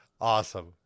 Awesome